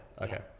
Okay